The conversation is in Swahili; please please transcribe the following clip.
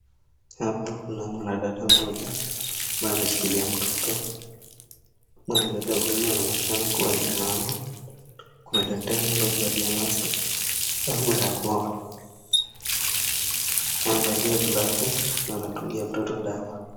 Hapa kuna mwanadada mmoja ambaye ameshikilia mtoto. Mwanadada huyu anaonekana kuwa ni mama. Na daktari aliyevalia maski na barakoa amevalia glavu na anamtilia mtoto dawa.